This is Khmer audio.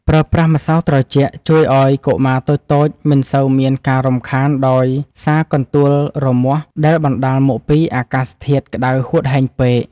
ប្រើប្រាស់ម្សៅត្រជាក់ជួយឱ្យកុមារតូចៗមិនសូវមានការរំខានដោយសារកន្ទួលរមាស់ដែលបណ្ដាលមកពីអាកាសធាតុក្តៅហួតហែងពេក។